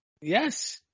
Yes